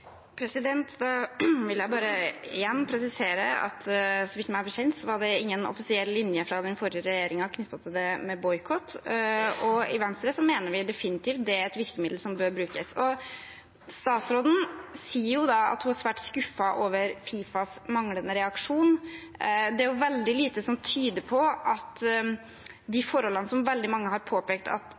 Da vil jeg igjen presisere at meg bekjent var det ingen offisiell linje fra den forrige regjeringen knyttet til det med boikott. I Venstre mener vi definitivt at det er et virkemiddel som bør brukes. Statsråden sier at hun er svært skuffet over FIFAs manglende reaksjon. Det er veldig lite som tyder på at de forholdene som veldig mange har påpekt at